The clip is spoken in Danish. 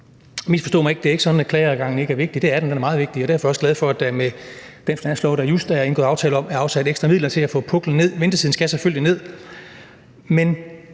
ikke sådan, at klageadgangen ikke er vigtig. Den er meget vigtig, og derfor er jeg også glad for, at der med den finanslov, der just er indgået aftale om, er afsat ekstra midler til at få puklen ned. Ventetiden skal selvfølgelig ned. Men